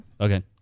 Okay